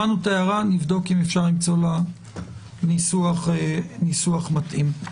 נבדוק אם אפשר למצוא להערה ניסוח מתאים.